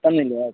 തന്നില്ലേ ഓക്കെ